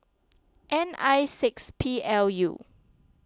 N I six P L U